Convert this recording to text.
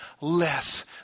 less